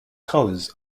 colors